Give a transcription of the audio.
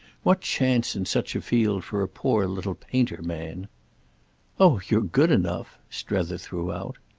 what chance in such a field for a poor little painter-man? oh you're good enough, strether threw out.